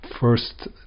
first